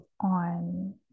on